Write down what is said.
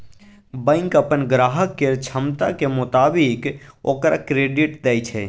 bank अप्पन ग्राहक केर क्षमताक मोताबिक ओकरा क्रेडिट दय छै